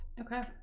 Okay